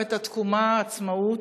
מלחמת התקומה, העצמאות.